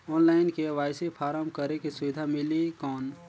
Online KYC form करेके सुविधा मिली कौन?